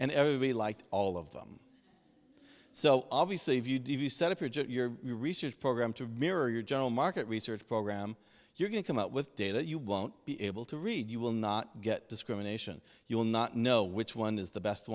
and everybody like all of them so obviously if you d v d set of project your research program to mirror your general market research program you're going to come up with data you won't be able to read you will not get discrimination you will not know which one is the best